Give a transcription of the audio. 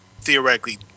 theoretically